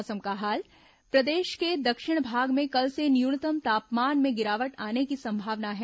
मौसम प्रदेश के दक्षिणी भाग में कल से न्यूनतम तापमान में गिरावट आने की संभावना है